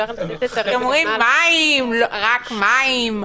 אתם אומרים רק מים,